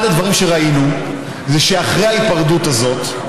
אחד הדברים שראינו זה שאחרי ההיפרדות הזאת,